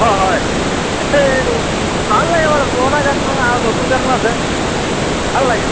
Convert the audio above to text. হয় হয় সেই ভাল লাগে মানে পুৰণা গান আৰু নতুন গানো আছে ভাল লাগে